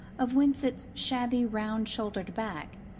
of winsett's shabby round-shouldered back,